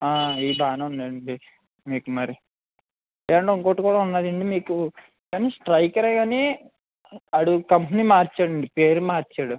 ఇది బాగానే ఉందండి మీకు మరి ఏమండి ఇంకోకటి కూడా ఉన్నాదండి మీకు కానీ స్ట్రైకరే కానీ వాడు కంపెనీ మార్చాడండి పేరు మార్చాడు